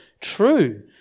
true